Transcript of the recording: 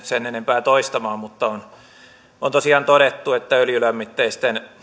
sen enempää toistamaan mutta täällä tosiaan on todettu että öljylämmitteisten